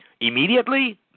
Immediately